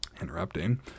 interrupting